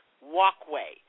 walkway